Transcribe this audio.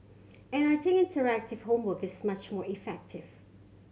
and I think interactive homework is much more effective